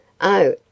Oh